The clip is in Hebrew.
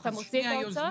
הזוכה מוציא את ההוצאות.